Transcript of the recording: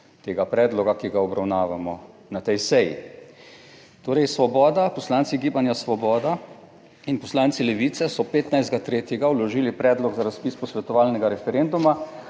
tega predloga, ki ga obravnavamo na tej seji. Torej Svoboda, poslanci gibanja Svoboda in poslanci Levice so 15. 3. vložili predlog za razpis posvetovalnega referenduma.